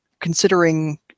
considering